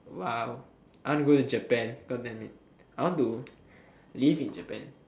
!wow! I wanna go to Japan god damn it I want to live in Japan